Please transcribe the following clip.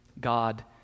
God